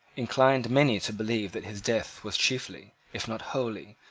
inclined many to believe that his death was chiefly, if not wholly,